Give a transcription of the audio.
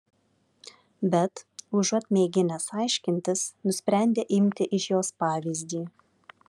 bet užuot mėginęs aiškintis nusprendė imti iš jos pavyzdį